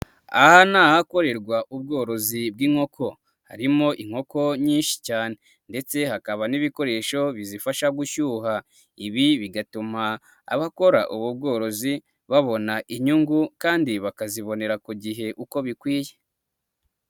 Aha ni ahakorerwa ubworozi bw'inkoko, harimo inkoko nyinshi cyane ndetse hakaba n'ibikoresho bizifasha gushyuha, ibi bigatuma abakora ubu bworozi babona inyungu kandi bakazibonera ku gihe uko bikwiye.